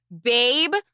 Babe